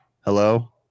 hello